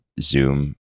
Zoom